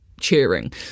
cheering